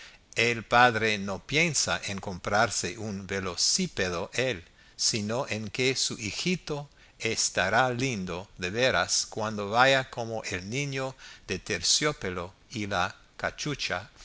el padre no piensa en comprarse un velocípedo él sino en que su hijito estará lindo de veras cuando vaya como el niño de terciopelo y la cachucha